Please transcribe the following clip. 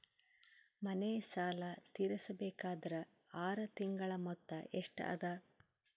ಮನೆ ಸಾಲ ತೀರಸಬೇಕಾದರ್ ಆರ ತಿಂಗಳ ಮೊತ್ತ ಎಷ್ಟ ಅದ?